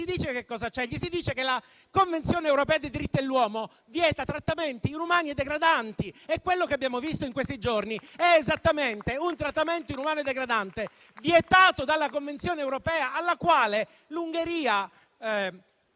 dice che la Convenzione europea dei diritti dell'uomo vieta trattamenti inumani e degradanti. E quello che abbiamo visto in questi giorni è esattamente un trattamento inumano e degradante, vietato dalla Convenzione europea, alla quale l'Ungheria